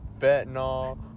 fentanyl